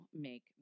make